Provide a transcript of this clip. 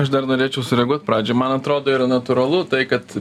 aš dar norėčiau sureaguot pradžioj man atrodo yra natūralu tai kad